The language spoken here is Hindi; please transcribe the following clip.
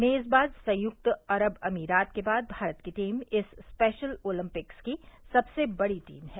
मेजबान संयुक्त अरब अमीरात के बाद भारत की टीम इस स्पेशल ओलंपिक्स की सबसे बड़ी टीम है